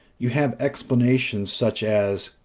you have explanations such as,